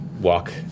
walk